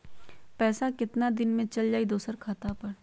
पैसा कितना दिन में चल जाई दुसर खाता पर?